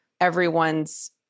everyone's